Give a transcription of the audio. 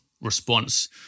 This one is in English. response